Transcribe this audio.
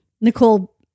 Nicole